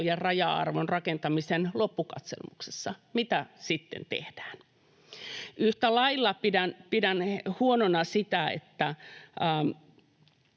raja-arvon rakentamisen loppukatselmuksessa. Mitä sitten tehdään? Yhtä lailla pidän huonona